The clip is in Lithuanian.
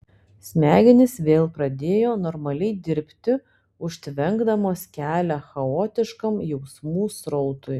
smegenys vėl pradėjo normaliai dirbti užtvenkdamos kelią chaotiškam jausmų srautui